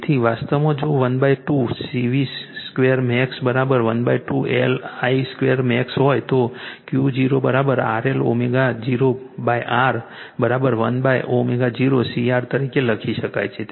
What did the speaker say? તેથી વાસ્તવમાં જો 12 C Vmax 2 12 L Imax 2 હોય તો Q0 RL ω0 R 1ω0 CR તરીકે લખી શકાય છે